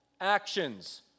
actions